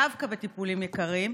דווקא בטיפולים יקרים,